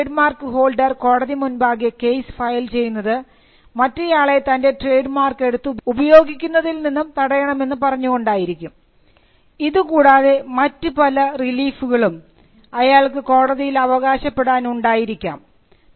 ഇപ്പോൾ trademark holder കോടതിമുമ്പാകെ case file ചെയ്യുന്നത് മറ്റെയാളെ തൻറെ ട്രേഡ് മാർക്ക് എടുത്തു ഉപയോഗിക്കുന്നതിൽ നിന്നും തടയണമെന്ന് പറഞ്ഞുകൊണ്ടിരിക്കും ഇതുകൂടാതെ മറ്റു പല റിലീഫുകളും അയാൾക്ക് കോടതിയിൽ അവകാശപ്പെടാൻ ഉണ്ടായിരിക്കാം